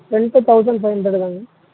rent thousand five hundred தாங்க